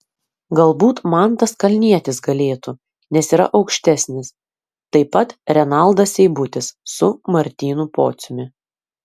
galbūt mantas kalnietis galėtų nes yra aukštesnis taip pat renaldas seibutis su martynu pociumi